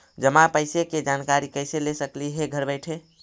जमा पैसे के जानकारी कैसे ले सकली हे घर बैठे?